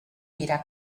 mirar